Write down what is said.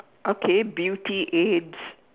okay beauty aids